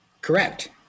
Correct